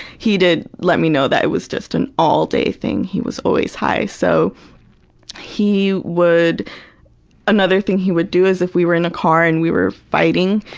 he did let me know that it was just an all-day thing. he was always high, so he would another thing he would do is, if we were in a car and we were fighting,